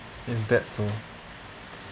is that so